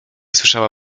słyszała